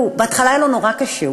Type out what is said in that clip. בהתחלה היה לו נורא קשה.